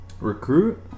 Recruit